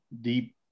deep